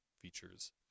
features